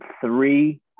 three